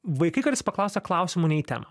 vaikai kartais paklausia klausimų ne į temą